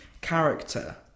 character